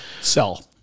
Sell